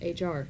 HR